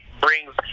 brings